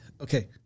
Okay